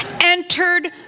entered